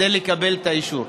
כדי לקבל את האישור.